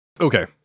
Okay